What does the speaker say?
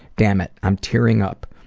dammit, i'm tearing up.